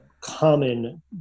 common